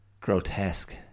grotesque